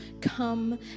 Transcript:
come